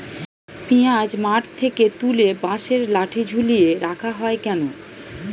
পিঁয়াজ মাঠ থেকে তুলে বাঁশের লাঠি ঝুলিয়ে রাখা হয় কেন?